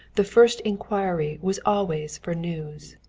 the first inquiry was always for news.